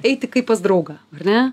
eiti kaip pas draugą ar ne